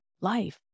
life